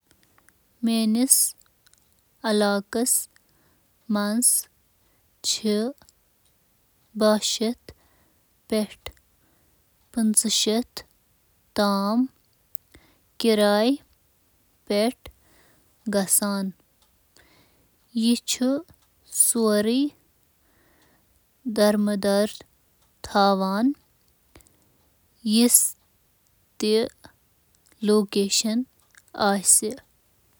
مےٚ چھُ باسان مُلکَس منٛز کِرایہِ پٮ۪ٹھ روزَن وٲلۍ ٪ترٕہ لوٗک۔